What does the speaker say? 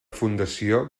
fundació